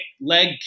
leg